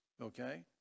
okay